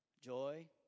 joy